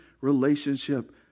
relationship